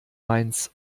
mainz